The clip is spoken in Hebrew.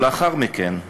ולאחר מכן,